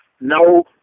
No